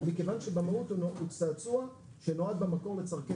מכיוון שבמהות הוא צעצוע שנועד במקור לצורכי